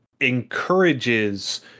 encourages